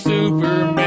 Superman